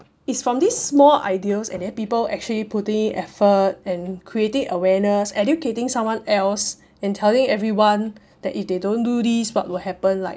is from these small ideas and then people actually putting in effort and creating awareness educating someone else and telling everyone that if they don't do this what will happen like